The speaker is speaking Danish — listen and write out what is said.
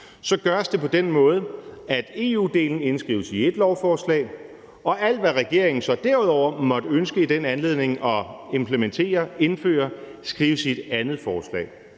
gøres det på den måde, at EU-delen indskrives i et lovforslag, og alt, hvad regeringen så derudover måtte ønske i den anledning at implementere og indføre, skrives i et andet forslag.